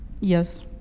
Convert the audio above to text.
Yes